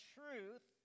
truth